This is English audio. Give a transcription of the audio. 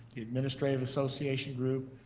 the administrative association group,